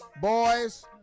boys